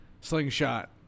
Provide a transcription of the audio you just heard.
slingshot